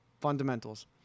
Fundamentals